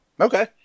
Okay